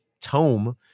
tome